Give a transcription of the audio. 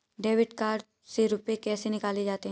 Debit card से रुपये कैसे निकाले जाते हैं?